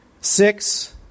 Six